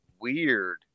weird